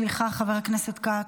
סליחה, חבר הכנסת כץ.